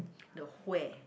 the where